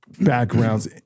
backgrounds